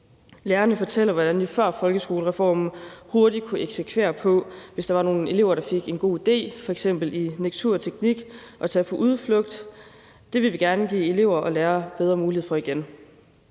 Lærerne fortæller, hvordan de før folkeskolereformen hurtigt kunne eksekvere på det, hvis der var nogle elever, der fik en god idé, f.eks. i natur og teknik, og tage på udflugt. Det vil vi gerne give elever og lærere bedre muligheder for igen.